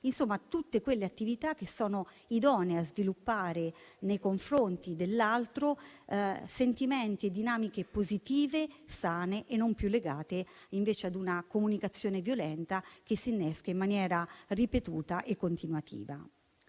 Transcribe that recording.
insomma a tutte quelle attività che sono idonee a sviluppare nei confronti dell'altro sentimenti e dinamiche positive, sane e non più legate invece ad una comunicazione violenta che si innesca in maniera ripetuta e continuativa.